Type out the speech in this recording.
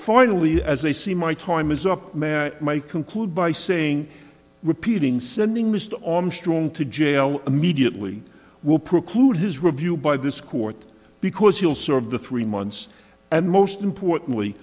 finally as i see my time is up my conclude by saying repeating sending missed on strong to jail immediately will preclude his review by this court because he will serve the three months and most importantly